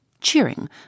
cheering